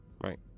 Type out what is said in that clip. right